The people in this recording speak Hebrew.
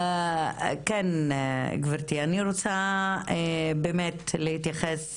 גברתי, אני רוצה להתייחס